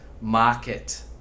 market